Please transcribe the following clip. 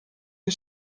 der